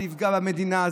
זה יפגע במדינה,